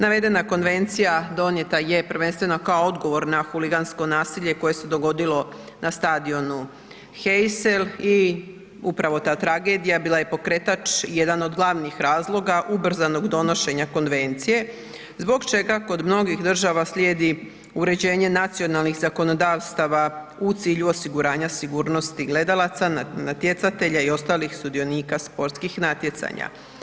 Navedena konvencija donijeta je prvenstveno kao odgovor na huligansko nasilje koje se dogodilo na stadionu Heysel i upravo ta tragedija bila je pokretač i jedan od glavnih razloga ubrzanog donošenja konvencije zbog čega kod mnogih država slijedi uređenje nacionalnih zakonodavstava u cilju osiguranja sigurnosti gledalaca, natjecatelja i ostalih sudionika sportskih natjecanja.